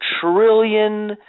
trillion